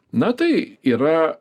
na tai yra